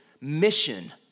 mission